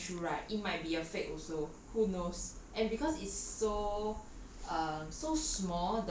when we walk into the store and get one shoe right it might be a fake also who knows and because it's so